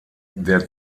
der